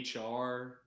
HR